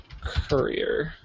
Courier